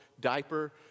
diaper